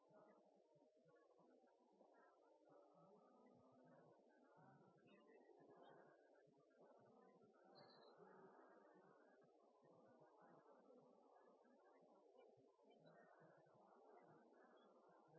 er ei